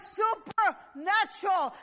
supernatural